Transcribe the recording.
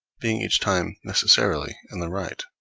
being each time necessarily in the right.